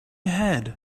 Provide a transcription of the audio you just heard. had